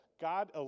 God